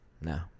No